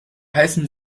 heißen